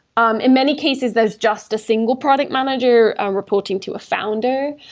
um in many cases, there's just a single product manager reporting to a founder.